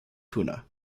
puna